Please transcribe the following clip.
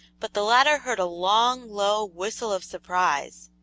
but the latter heard a long, low whistle of surprise.